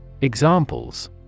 Examples